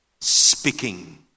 speaking